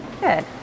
Good